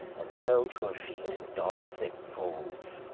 and fell to her feet in dark thick folds.